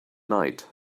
night